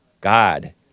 God